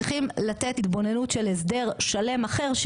צריכים לתת התבוננות של הסדר שלם אחר,